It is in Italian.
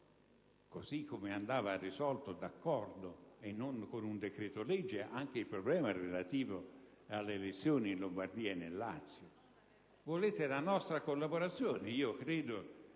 Così come andava risolto con l'accordo, e non con un decreto-legge, il problema relativo alle elezioni in Lombardia e nel Lazio. Volete la nostra collaborazione: ebbene,